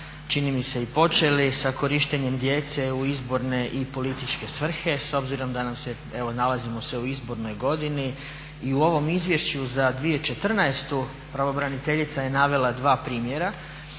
čini mi se i počeli sa korištenjem djece u izborne i političke svrhe s obzirom da nam se, evo nalazimo se u izbornoj godini i u ovom Izvješću za 2014. pravobraniteljica je navela dva primjera